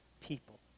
people